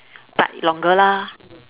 but longer lah